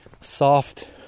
soft